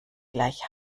gleich